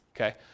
okay